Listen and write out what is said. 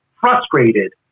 frustrated